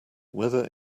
weather